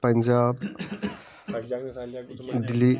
Punjab Delhi